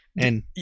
And-